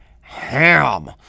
ham